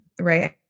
right